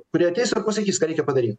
kurie ateis ir pasakys ką reikia padaryt